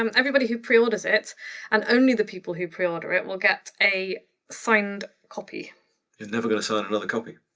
um everybody who pre-orders it and only the people who pre-order it will get a signed copy. you're never gonna sign another copy.